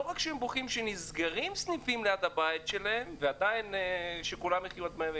לא רק שהם בוכים שנסגרים סניפים ליד הבית שלהם ושכולם יחיו עד 120